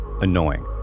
annoying